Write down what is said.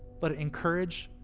but it encourage,